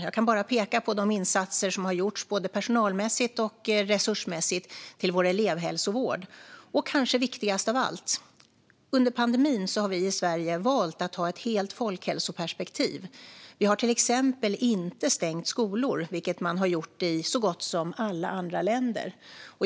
Jag kan bara peka på de insatser som har gjorts både personalmässigt och resursmässigt till vår elevhälsovård, och kanske viktigast av allt är att vi i Sverige under pandemin har valt att ha ett helt folkhälsoperspektiv. Vi har till exempel inte stängt skolor, vilket man har gjort i så gott som alla andra länder.